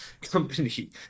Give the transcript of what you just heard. company